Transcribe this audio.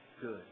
good